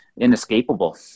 inescapable